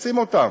עושים אותם,